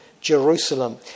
Jerusalem